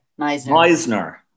Meisner